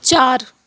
چار